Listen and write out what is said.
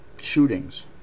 shootings